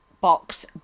box